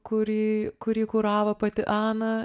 kurį kurį kuravo pati ana